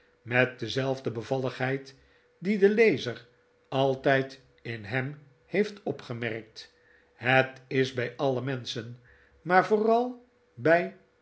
met dezelfde bevalligheid die de lezer altijd in hem heeft opgemerkt het is bij alle menschen maar vooral bij